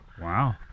Wow